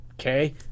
okay